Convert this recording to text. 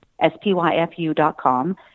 SPYFU.com